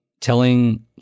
telling